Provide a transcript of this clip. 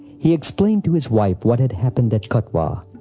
he explained to his wife what had happened at katwa,